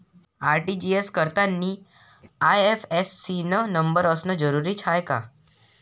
RTGS करतांनी IFSC न number असनं जरुरीच हाय का?